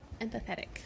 Empathetic